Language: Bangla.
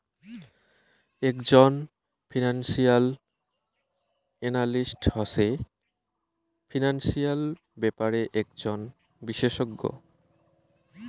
একজন ফিনান্সিয়াল এনালিস্ট হসে ফিনান্সিয়াল ব্যাপারে একজন বিশষজ্ঞ